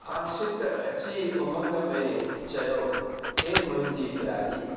आशिक़ु अची उमंग में चयो ए मुंहिंजी प्यारी